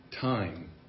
time